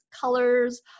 colors